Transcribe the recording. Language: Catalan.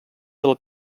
del